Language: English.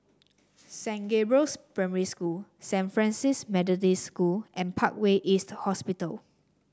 Saint Gabriel's Primary School Saint Francis Methodist School and Parkway East Hospital